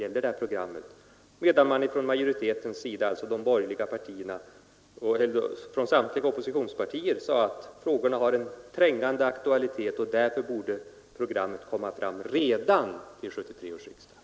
Samtliga Ooppositionspartier sade däremot att frågorna ägde en trängande aktualitet och att programmet därför borde komma fram redan till 1973 års riksdag.